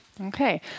Okay